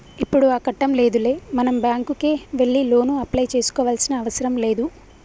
ఇప్పుడు ఆ కట్టం లేదులే మనం బ్యాంకుకే వెళ్లి లోను అప్లై చేసుకోవాల్సిన అవసరం లేదు